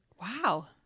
Wow